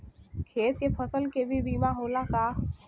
खेत के फसल के भी बीमा होला का?